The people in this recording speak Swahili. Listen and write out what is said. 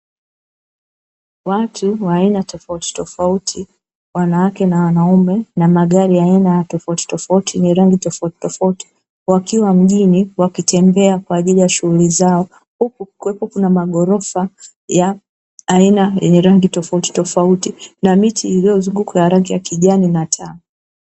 Watu wa aina tofautitofauti wanawake na wanaume na magari ya aina tofautitofauti yenye rangi tofautitofauti, wakiwa mjini wakitembea kwa ajili ya shughuli zao, huku kukiwepo na maghorofa ya aina yenye rangi tofautitofauti, na miti iliyozunguka ya rangi ya kijani na taa.